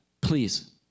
please